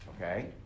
okay